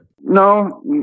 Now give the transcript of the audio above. No